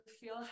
feel